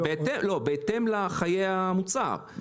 בהתאם לחיי המוצר,